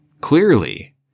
Clearly